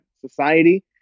society